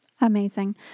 Amazing